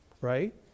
Right